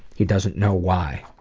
he doesn't know why.